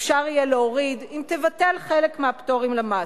אפשר יהיה להוריד אם תבטל חלק מהפטורים למס.